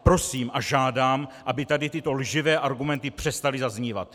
Prosím a žádám, aby tady tyto lživé argumenty přestaly zaznívat!